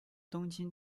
东京